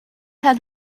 had